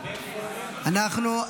נגד נגד.